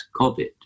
COVID